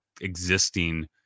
existing